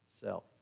self